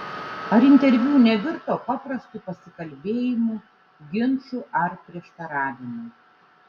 ar interviu nevirto paprastu pasikalbėjimu ginču ar prieštaravimu